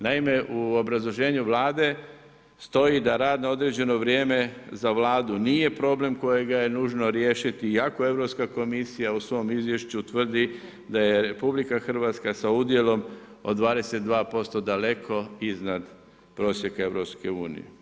Naime, u obrazloženju Vlade stoji da rad na određeno vrijeme za Vladu nije problem kojega je nužno riješiti iako Europska komisija u svom izvješću tvrdi da je RH sa udjelom od 22% daleko iznad prosjeka EU.